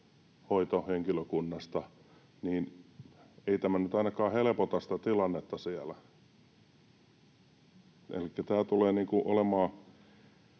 hoitohenkilökunnasta, niin ei tämä nyt ainakaan helpota sitä tilannetta siellä. Elikkä tämä tulee olemaan